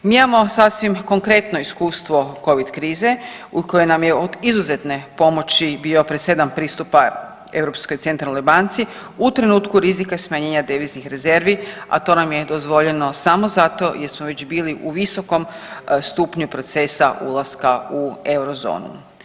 Mi imamo sasvim konkretno iskustvo covid krize u kojoj nam je od izuzetne pomoći bio presedan pristupa Europskoj centralnoj banci u trenutku rizika i smanjenja deviznih rezervi, a to nam je dozvoljeno samo zato jer smo već bili u visokom stupnju procesa ulaska u eurozonu.